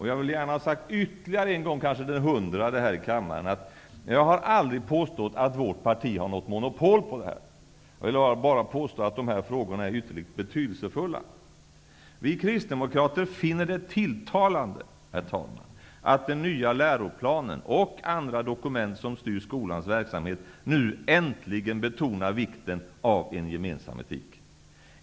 Jag vill gärna ha sagt ytterligare en gång, kanske den hundrade här i kammaren, att jag aldrig har påstått att vårt parti har något monopol på detta. Jag vill bara påstå att de här frågorna är ytterligt betydelsefulla. Vi kristdemokrater finner det tilltalande att den nya läroplanen och andra dokument som styr skolans verksamhet nu äntligen betonar vikten av en gemensam etik.